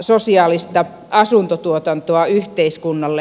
sosiaalista asuntotuotantoa yhteiskunnalle